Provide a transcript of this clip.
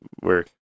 work